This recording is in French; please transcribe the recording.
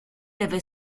avait